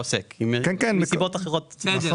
מסיבות אחרות פחות.